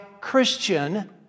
Christian